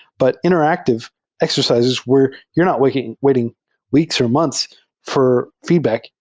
but interactive exercises were you're not waiting waiting weeks or months for feedback.